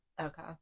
Okay